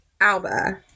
Alba